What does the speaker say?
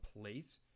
place